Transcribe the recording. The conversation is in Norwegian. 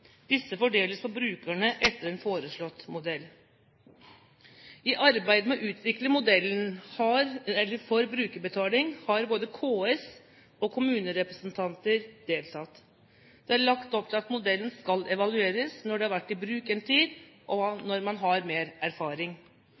Disse fordeles på brukerne etter en foreslått modell. I arbeidet med å utvikle modellen for brukerbetaling har både KS og kommunerepresentanter deltatt. Det er lagt opp til at modellen skal evalueres når den har vært i bruk en tid, og når man har mer erfaring.